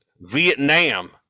vietnam